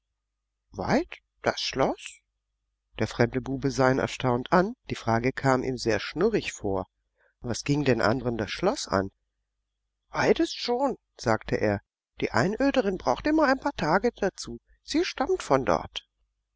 weit das schloß der fremde bube sah ihn erstaunt an die frage kam ihm sehr schnurrig vor was ging den andern das schloß an weit ist's schon sagte er die einöderin braucht immer ein paar tage dazu sie stammt von dort